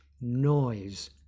noise